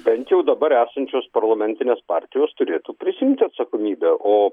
bent jau dabar esančios parlamentinės partijos turėtų prisiimti atsakomybę o